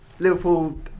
Liverpool